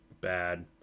bad